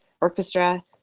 orchestra